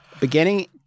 Beginning